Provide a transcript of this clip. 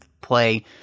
play